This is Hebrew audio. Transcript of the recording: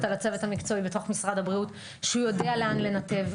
על הצוות המקצועי בתוך משרד הבריאות שהוא יודע לאן לנתב,